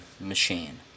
machine